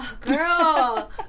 Girl